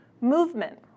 movement